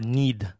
need